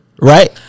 Right